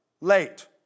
late